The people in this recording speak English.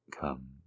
Come